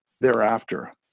thereafter